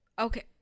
Okay